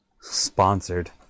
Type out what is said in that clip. Sponsored